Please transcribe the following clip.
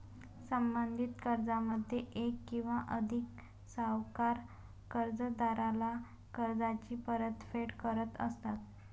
संबंधित कर्जामध्ये एक किंवा अधिक सावकार कर्जदाराला कर्जाची परतफेड करत असतात